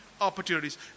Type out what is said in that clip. opportunities